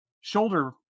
shoulder